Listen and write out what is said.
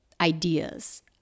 ideas